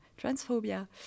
Transphobia